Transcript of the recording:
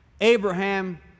Abraham